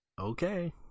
Okay